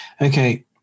Okay